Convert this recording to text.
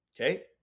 Okay